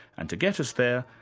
and to get us there,